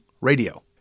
radio